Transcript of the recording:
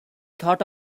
thought